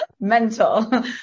Mental